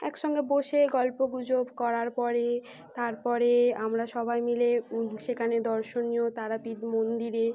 একসঙ্গে বসে গল্পগুজব করার পরে তার পরে আমরা সবাই মিলে সেখানে দর্শনীয় তারাপীঠ মন্দিরে